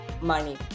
money